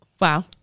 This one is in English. Wow